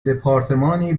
دپارتمانی